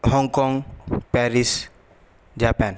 Hong Kong Paris Japan